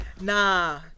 Nah